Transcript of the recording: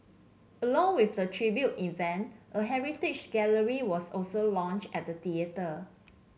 along with the tribute event a heritage gallery was also launched at the theatre